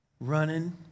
Running